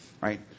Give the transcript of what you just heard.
right